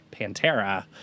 Pantera